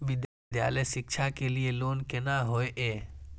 विद्यालय शिक्षा के लिय लोन केना होय ये?